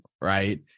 right